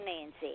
Nancy